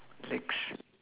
legs